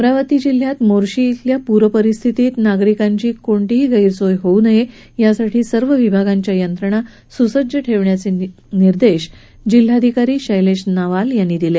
अमरावती जिल्ह्यात मोर्शी इथल्या पूरपरिस्थितीत नागरिकांची कुठलीही गैरसोय होऊ नये यासाठी सर्व विभागांच्या यंत्रणा सुसज्ज ठेवण्याचे निर्देश जिल्हाधिकारी शैलेश नवाल यांनी दिले